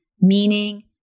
meaning